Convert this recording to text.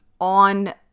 on